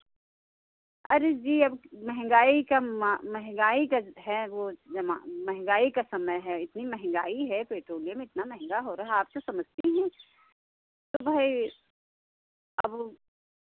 अरे जी अब महंगाई का मा महंगाई का है वो जमा वो महंगाई का समय है इतनी महंगाई है पेट्रोलियम इतना महंगा हो रहा है आप तो समझती हैं तो भाई अब